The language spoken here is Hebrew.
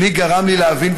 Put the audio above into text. בני גרם לי להבין,